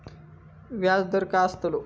व्याज दर काय आस्तलो?